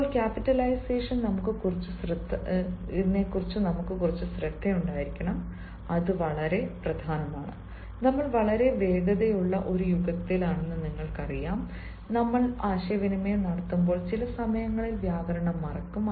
ഇപ്പോൾ ക്യാപിറ്റലൈസേഷൻ നമുക്ക് കുറച്ച് ശ്രദ്ധ ഉണ്ടായിരിക്കണം അത് വളരെ പ്രധാനമാണ് നമ്മൾ വളരെ വേഗതയുള്ള ഒരു യുഗത്തിൽ നിങ്ങൾക്കറിയാം നമ്മൾ ആശയവിനിമയം നടത്തുമ്പോൾ ചില സമയങ്ങളിൽ വ്യാകരണം മറക്കും